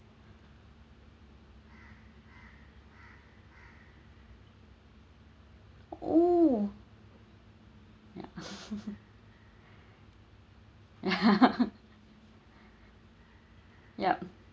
oh ya yeah yup